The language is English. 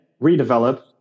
redevelop